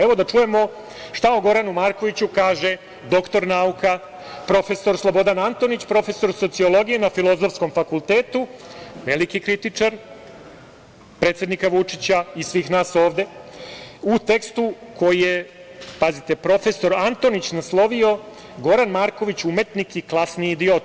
Evo, da čujemo šta o Goranu Markoviću kaže doktor nauka, profesor Slobodan Antonić, profesor Sociologije na Filozofskom fakultetu, veliki kritičar predsednika Vučića i svih nas ovde, u tekstu koji je, pazite, profesor Antonić naslovio „Goran Marković, umetnik i klasni idiot“